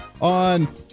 on